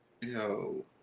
Yo